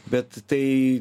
bet tai